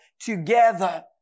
together